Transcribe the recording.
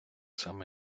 само